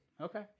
okay